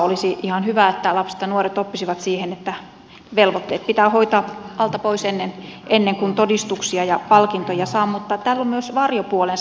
olisi ihan hyvä että lapset ja nuoret oppisivat siihen että velvoitteet pitää hoitaa alta pois ennen kuin todistuksia ja palkintoja saa mutta tällä on myös varjopuolensa